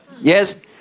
Yes